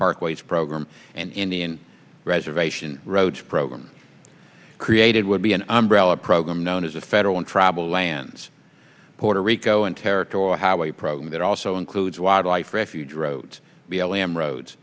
parkways program and indian reservation roads program created would be an umbrella program known as the federal and travel plans puerto rico and territorial how a program that also includes wildlife refuge roads b l m roads